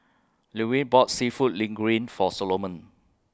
Llewellyn bought Seafood Linguine For Solomon